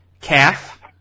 calf